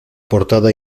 portada